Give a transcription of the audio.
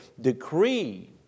decree